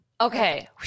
Okay